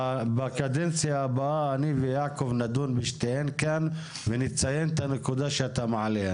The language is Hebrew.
בקדנציה הבאה אני ויעקב נדון בשתיהן כאן ונציין את הנקודה שאתה מעלה,